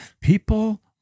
People